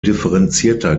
differenzierter